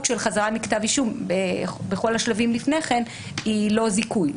של חזרה מכתב אישום בכל השלבים לפני כן היא לא זיכוי.